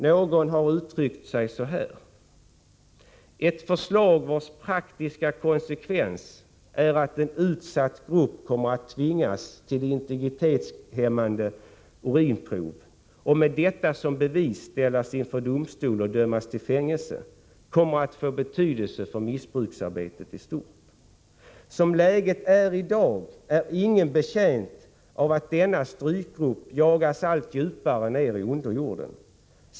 Någon har uttryckt sig så här: ”Ett förslag vars praktiska konsekvenser är att en utsatt grupp kommer att tvingas till integritetshämmande urinprov, och med detta som bevis ställas inför domstol och dömas till fängelse kommer att få betydelse för missbruksarbetet i stort. Som läget är i dag är ingen betjänt av att denna strykgrupp jagas allt djupare ner i underjorden.